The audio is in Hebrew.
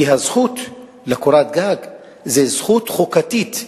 כי הזכות לקורת גג היא זכות חוקתית,